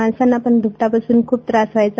माणसांपण ध्कटापासून ख्प त्रास व्हायचा